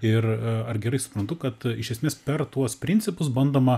ir ar gerai suprantu kad iš esmės per tuos principus bandoma